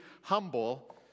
humble